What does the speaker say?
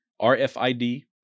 RFID